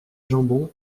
jambon